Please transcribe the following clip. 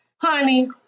honey